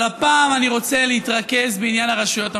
אבל הפעם אני רוצה להתרכז בעניין הרשויות המקומיות.